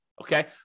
Okay